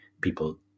people